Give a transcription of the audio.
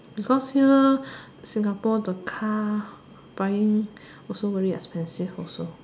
because here Singapore the car buying also very expensive also